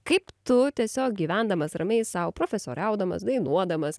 kaip tu tiesiog gyvendamas ramiai sau profesoriaudamas dainuodamas